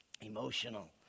emotional